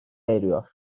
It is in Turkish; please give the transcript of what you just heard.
eriyor